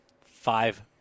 five